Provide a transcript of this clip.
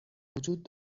وجود